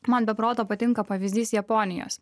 man be proto patinka pavyzdys japonijos